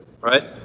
right